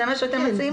זה מה שאתם מציעים?